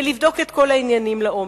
ולבדוק את כל העניינים לעומק.